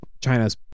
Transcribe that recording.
China's